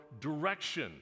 direction